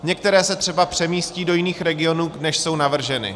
Některé se třeba přemístí do jiných regionů, než jsou navrženy.